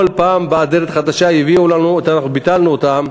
כל פעם באה דלת חדשה והביאו לנו ואנחנו ביטלנו אותן.